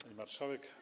Pani Marszałek!